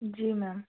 जी ma'am